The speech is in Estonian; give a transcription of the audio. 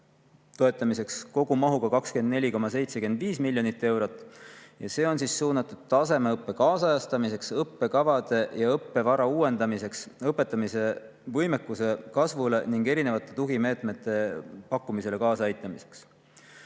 toetamiseks on kogumahus 24,75 miljonit eurot. See on suunatud tasemeõppe kaasajastamiseks, õppekavade ja õppevara uuendamiseks, õpetamise võimekuse kasvule ning erinevate tugimeetmete pakkumisele kaasaaitamiseks.